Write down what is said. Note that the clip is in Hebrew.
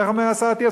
איך אומר השר אטיאס?